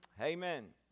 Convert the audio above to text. Amen